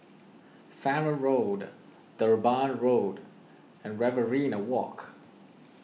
Farrer Road Durban Road and Riverina Walk